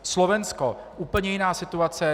Slovensko úplně jiná situace.